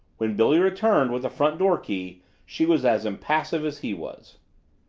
when billy returned with the front door key she was as impassive as he was.